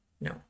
no